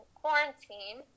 quarantine